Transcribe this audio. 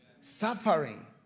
Suffering